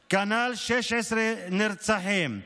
כנ"ל, 16 נרצחים,